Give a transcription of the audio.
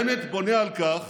להבדיל, בנט בונה על כך